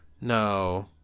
no